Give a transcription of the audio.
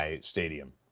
Stadium